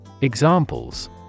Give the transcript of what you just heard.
Examples